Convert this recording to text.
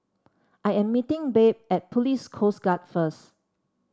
I am meeting Babe at Police Coast Guard first